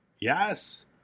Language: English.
Yes